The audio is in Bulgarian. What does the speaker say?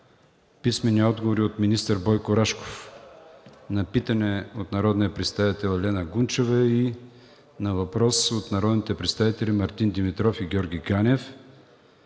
Елена Гунчева; - министър Бойко Рашков на питане от народния представител Елена Гунчева; на въпрос от народните представители Мартин Димитров и Георги Ганев;